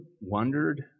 wondered